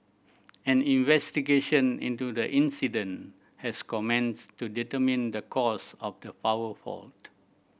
an investigation into the incident has commenced to determine the cause of the power fault